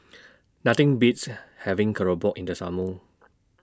Nothing Beats having Keropok in The Summer